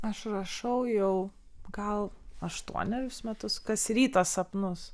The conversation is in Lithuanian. aš rašau jau gal aštuonerius metus kas rytą sapnus